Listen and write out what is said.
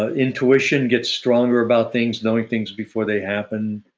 ah intuition gets stronger about things knowing things before they happen.